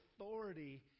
authority